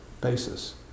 basis